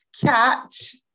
catch